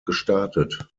gestartet